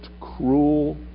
cruel